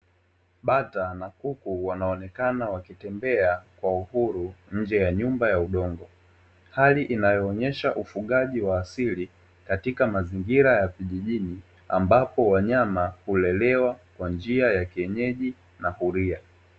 Bata na kuku wanaonekana wakitembea kwa uhuru nje ya nyumba ya udongo, hali inayoonyesha ufugaji wa asili katika mazingira ya vijijini ambapo wanyama hulelewa katika mazingira ya asili na huria.